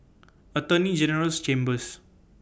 Attorney General's Chambers